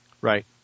Right